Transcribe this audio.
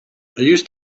used